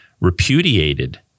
repudiated